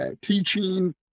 teaching